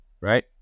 right